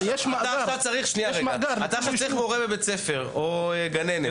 אתה צריך מורה לבית ספר או גננת,